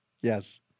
Yes